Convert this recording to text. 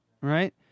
right